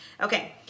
Okay